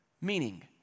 Meaning